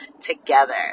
together